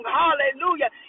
hallelujah